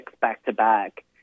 back-to-back